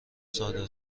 صادر